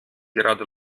gerade